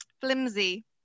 flimsy